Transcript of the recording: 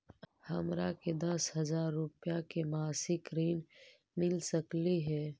हमरा के दस हजार रुपया के मासिक ऋण मिल सकली हे?